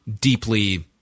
deeply